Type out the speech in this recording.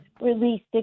released